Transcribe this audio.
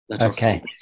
Okay